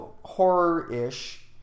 horror-ish